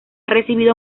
recibido